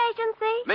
Agency